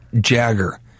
Jagger